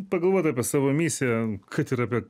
pagalvot apie savo misiją kad ir apie